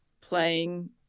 playing